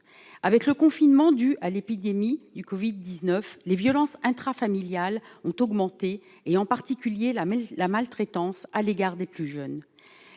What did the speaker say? avec le confinement dus à l'épidémie du Covid 19 les violences intrafamiliales ont augmenté et en particulier la la maltraitance à l'égard des plus jeunes,